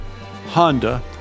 Honda